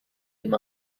him